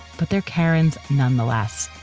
but they're kerins nonetheless.